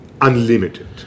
unlimited